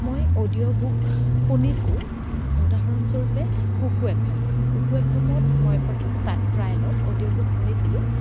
মই audio book শুনিছোঁ উদাহৰণস্বৰূপে Kuku F M Kuku F এমত মই প্ৰথম টা ট্ৰায়েলত অডিঅ' বুক শুনিছিলোঁ